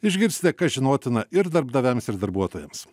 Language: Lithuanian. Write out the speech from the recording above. išgirsite kas žinotina ir darbdaviams ir darbuotojams